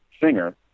singer